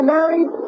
married